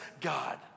God